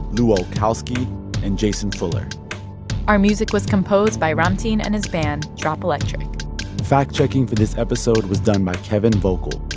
lu olkowski and jason fuller our music was composed by ramtin and his band drop electric fact-checking for this episode was done by kevin vogel.